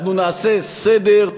אנחנו נעשה סדר,